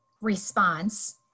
response